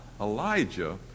Elijah